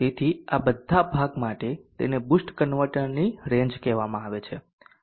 તેથી આ બધા ભાગ માટે તેને બુસ્ટ કન્વર્ટરની રેંજ કહેવામાં આવે છે